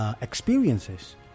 experiences